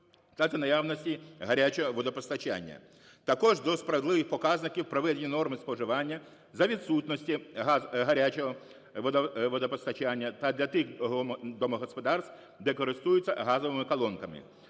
за наявності гарячого водопостачання. Також до справедливих показників приведені норми споживання за відсутності гарячого водопостачання та для тих домогосподарств, де користуються газовими колонками.